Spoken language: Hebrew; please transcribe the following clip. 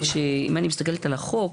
מסתכלת על החוק,